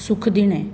सुखदिणें